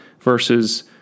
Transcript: versus